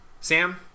Sam